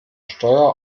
steuer